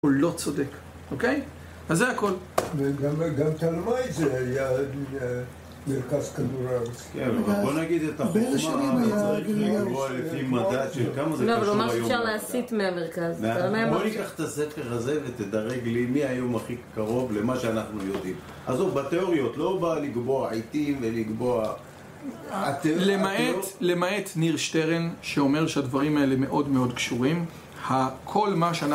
הוא לא צודק, אוקיי? אז זה הכל. וגם תלמי זה היה מרכז כדור הארץ. כן, אבל בוא נגיד את החוכמה מה אנחנו צריכים לגבוה לפי מדד של כמה זה קשור היום. אבל מה אפשר להסיט מהמרכז? בוא ניקח את הספר הזה ותדרג לי מי היום הכי קרוב למה שאנחנו יודעים. עזוב, בתיאוריות, לא בא לקבוע עיתים ולקבוע... למעט, למעט ניר שטרן שאומר שהדברים האלה מאוד מאוד קשורים, הכל מה שאנחנו...